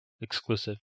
exclusive